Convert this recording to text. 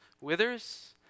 withers